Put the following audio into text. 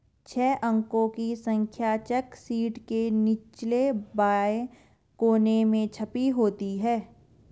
छह अंकों की संख्या चेक शीट के निचले बाएं कोने में छपी होती है